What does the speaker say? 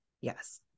Yes